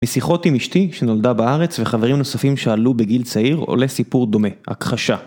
בשיחות עם אשתי שנולדה בארץ וחברים נוספים שעלו בגיל צעיר עולה סיפור דומה, הכחשה.